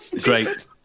great